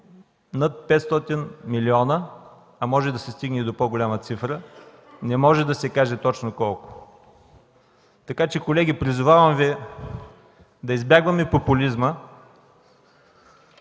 над 500 милиона, а може да се стигне и до по-голяма цифра. Не може да се каже точно колко. Колеги, призовавам Ви да избягваме популизма.